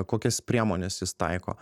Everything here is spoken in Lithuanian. kokias priemones jis taiko